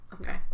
Okay